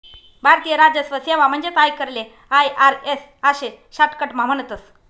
भारतीय राजस्व सेवा म्हणजेच आयकरले आय.आर.एस आशे शाटकटमा म्हणतस